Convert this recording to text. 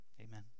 amen